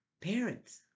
Parents